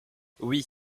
oui